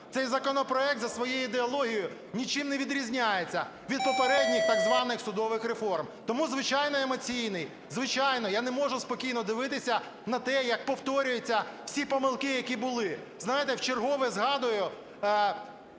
Цей законопроект за своєю ідеологією нічим не відрізняється від попередніх так званих судових реформ. Тому, звичайно, емоційний, звичайно. Я не можу спокійно дивитися на те, як повторюються всі помилки, які були. Знаєте, вчергове згадую